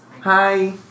Hi